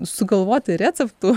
sugalvoti receptų